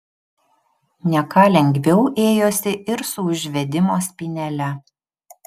ne ką lengviau ėjosi ir su užvedimo spynele